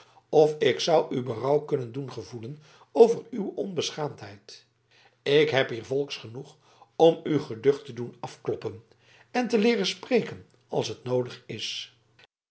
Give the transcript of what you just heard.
of ik zou u berouw kunnen doen gevoelen over uw onbeschaamdheid ik heb hier volks genoeg om u geducht te doen af kloppen en te leeren spreken als het noodig is